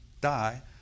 die